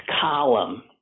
column